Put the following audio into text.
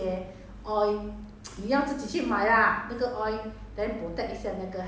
hair treatments 下去 then after that dry 了 hor 你要放一些 oil